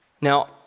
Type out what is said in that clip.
Now